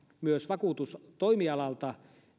myös vakuutustoimialalta